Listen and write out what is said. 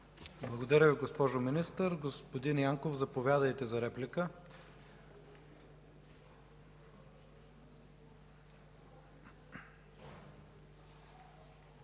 Благодаря Ви, госпожо Министър. Господин Янков, заповядайте за реплика.